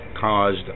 caused